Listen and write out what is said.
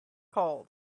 called